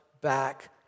back